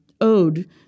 ode